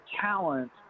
talent